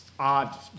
odd